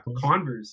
Converse